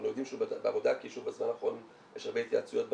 אנחנו יודעים שהוא בעבודה כי בזמן האחרון יש הרבה התייעצויות בנושא.